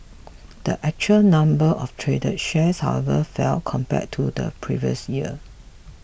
the actual number of traded shares however fell compared to the previous year